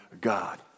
God